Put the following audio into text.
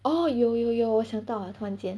orh 有有有我想到了突然间